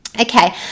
Okay